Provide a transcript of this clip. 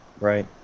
Right